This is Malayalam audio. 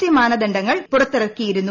സി മാനദണ്ഡങ്ങൾ പുറത്തിറക്കിയിരുന്നു